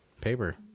paper